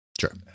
Sure